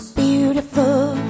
beautiful